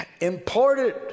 imported